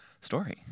story